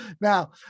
now